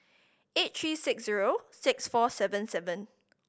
eight three six zero six four seven seven